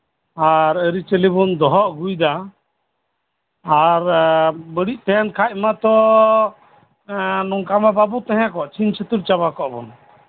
ᱟᱨ ᱟᱹᱨᱤᱪᱟᱹᱞᱤ ᱵᱚᱱ ᱫᱚᱦᱚ ᱟᱹᱜᱩᱭᱮᱫᱟ ᱟᱨ ᱵᱟᱹᱲᱤᱡ ᱛᱟᱸᱦᱮᱱ ᱠᱷᱟᱱ ᱢᱟᱛᱚ ᱱᱚᱝᱠᱟ ᱫᱚ ᱵᱟᱵᱚᱱ ᱛᱟᱸ ᱠᱚᱜᱼᱟ ᱪᱷᱤᱝ ᱪᱷᱟᱹᱛᱩᱨ ᱪᱟᱵᱟ ᱠᱚᱜᱼᱟ ᱵᱚᱱ